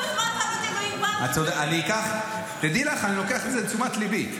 אני לוקח את זה לתשומת ליבי.